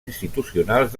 institucionals